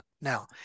Now